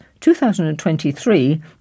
2023